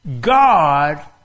God